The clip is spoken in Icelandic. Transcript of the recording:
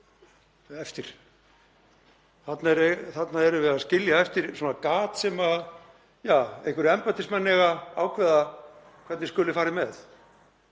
eftir. Þarna erum við að skilja eftir gat sem einhverjir embættismenn eiga að ákveða hvernig skuli farið með.